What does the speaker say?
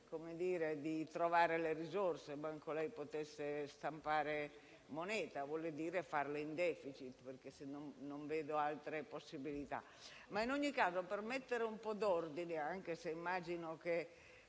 serio di trovare le risorse, neanche lei potesse stampare moneta: vuole dire farlo in *deficit*, perché non vedo altre possibilità. In ogni caso, per mettere un po' d'ordine, anche se immagino che